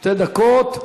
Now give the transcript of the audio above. שתי דקות.